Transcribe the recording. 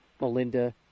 Melinda